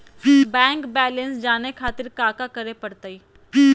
Bank balance जाने खातिर काका करे पड़तई?